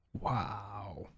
Wow